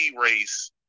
race